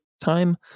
time